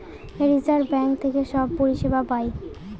reserve bank থেকে সব পরিষেবা পায়